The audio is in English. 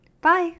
bye